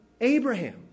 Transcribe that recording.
Abraham